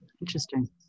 Interesting